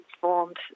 formed